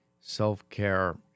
self-care